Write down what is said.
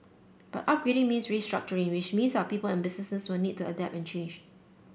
but upgrading means restructuring which means our people and businesses will need to adapt and change